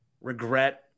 regret